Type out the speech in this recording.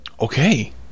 Okay